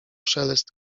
szelest